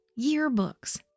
Yearbooks